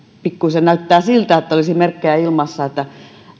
pikkuisen näyttää siltä että olisi merkkejä ilmassa että